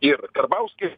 ir karbauskį